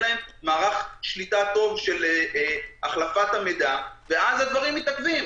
אין להן מערך שליטה טוב של החלפת המידע ואז הדברים מתעכבים.